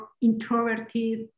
introverted